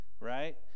right